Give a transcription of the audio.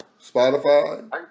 Spotify